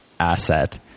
Asset